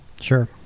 Sure